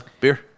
beer